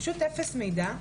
פשוט אפס מידע,